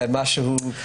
זה משהו...